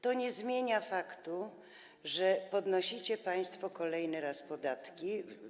To nie zmienia faktu, że podnosicie państwo kolejny raz podatki.